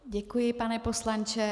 Děkuji, pane poslanče.